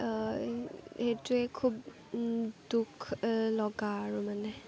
সেইটোৱে খুব দুখ লগা আৰু মানে